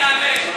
חכה אני אעלה.